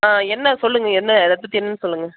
ஆ என்ன சொல்லுங்க என்ன அதை பற்றி என்னென்னு சொல்லுங்க